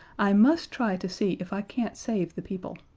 i must try to see if i can't save the people.